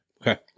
Okay